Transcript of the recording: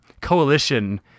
coalition